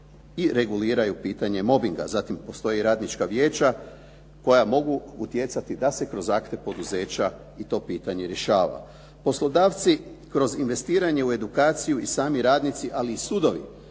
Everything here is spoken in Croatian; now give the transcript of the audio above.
i reguliraju pitanje mobbinga. Zatim, postoje radnička vijeća koja mogu utjecati da se kroz akte poduzeća i to pitanje rješava. Poslodavci kroz investiranje u edukaciju i sami radnici, ali i sudovi